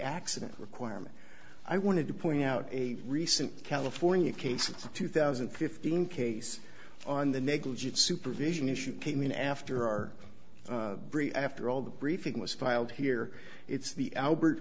accident requirement i wanted to point out a recent california case of two thousand and fifteen case on the negligent supervision issue came in after our brief for all the briefing was filed here it's the albert